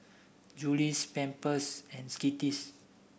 Julie's Pampers and Skittles